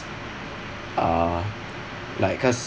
uh like cause